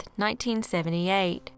1978